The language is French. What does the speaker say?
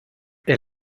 est